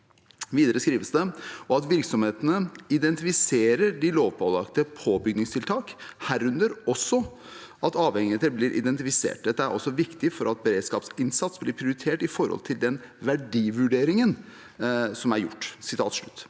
grunnsikring (…) og at virksomhetene identifiserer de lovpålagte påbygningstiltak, herunder også at avhengigheter blir identifisert. Dette er svært viktig for at beredskapsinnsatsen blir prioritert i forhold til den verdivurdering som er gjort.»